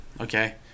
okay